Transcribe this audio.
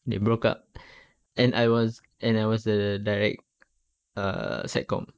they broke up and I was and I was the direct err seccom